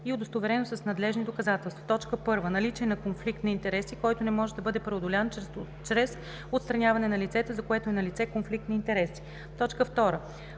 и удостоверено с надлежни доказателства: 1. наличие на конфликт на интереси, който не може да бъде преодолян чрез отстраняване на лицето, за което е налице конфликт на интереси; 2.